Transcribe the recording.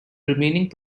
remaining